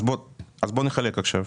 אז בוא נחלק עכשיו.